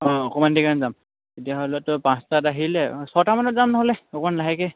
অঁ অকণমান দেৰিৰ কাৰণে যাম তেতিয়াহ'লে তই পাঁচটাত আহিলে অঁ ছটামানত যাম নহ'লে অকণমান লাহেকৈ